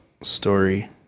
story